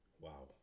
Wow